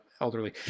elderly